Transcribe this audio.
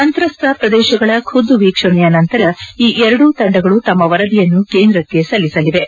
ಸಂತ್ರಸ್ತ ಪ್ರದೇಶಗಳ ಖುದ್ದು ವೀಕ್ಷಣೆಯ ನಂತರ ಈ ಎರಡೂ ತಂಡಗಳು ತಮ್ಮ ವರದಿಯನ್ನು ಕೇಂದ್ರಕ್ಕೆ ಸಲ್ಲಿಸಲಿವೆ